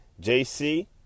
JC